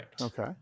okay